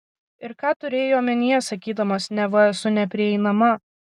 ir ką turėjai omenyje sakydamas neva esu neprieinama